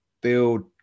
build